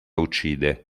uccide